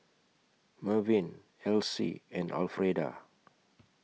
Mervyn Alcie and Alfreda